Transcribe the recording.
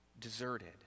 deserted